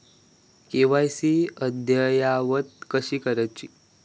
KYC अद्ययावत कशी करुची?